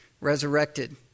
resurrected